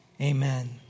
Amen